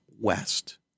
West